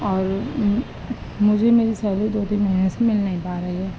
اور مجھے میری سیلری دو تین مہینے سے مل نہیں پا رہی ہے